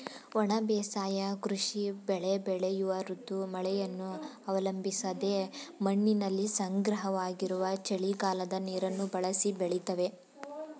ಒಣ ಬೇಸಾಯ ಕೃಷಿ ಬೆಳೆ ಬೆಳೆಯುವ ಋತು ಮಳೆಯನ್ನು ಅವಲಂಬಿಸದೆ ಮಣ್ಣಿನಲ್ಲಿ ಸಂಗ್ರಹವಾಗಿರುವ ಚಳಿಗಾಲದ ನೀರನ್ನು ಬಳಸಿ ಬೆಳಿತವೆ